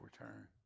return